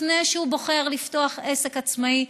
לפני שהוא בוחר לפתוח עסק עצמאי,